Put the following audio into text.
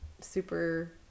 super